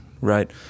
right